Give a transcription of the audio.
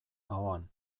ahoan